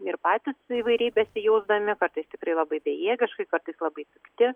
ir patys įvairiai besijausdami kartais tikrai labai bejėgiškai kartais labai pikti